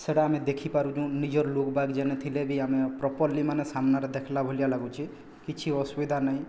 ସେଇଟା ଆମେ ଦେଖିପାରୁନୁ ନିଜର୍ ଲୋକବାକ୍ ଯେନେ ଥିଲେ ବି ଆମେ ପ୍ରପର୍ଲି ମାନେ ସାମ୍ନାରେ ଦେଖିଲା ଭଲିଆ ଲାଗୁଛି କିଛି ଅସୁବିଧା ନାଇଁ